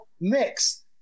mix